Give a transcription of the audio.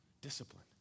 Discipline